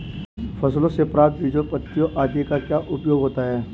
फसलों से प्राप्त बीजों पत्तियों आदि का क्या उपयोग होता है?